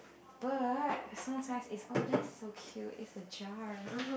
but sometimes it's oh that is so cute is a jar